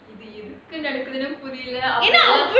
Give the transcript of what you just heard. இது எதுக்கு நடக்குதுன்னு புரியல ஏனா:ithu ethuku nadakuthunu puriyala yaenaa